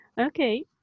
okay